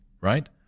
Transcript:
right